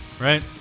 Right